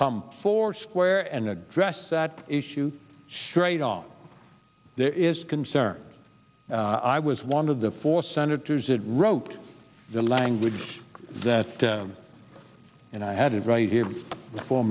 come foursquare and address that issue straight on there is concern i was one of the four senators that wrote the language that and i had it right here for